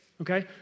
Okay